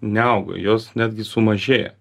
neauga jos netgi sumažėja